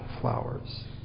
flowers